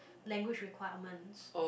language requirements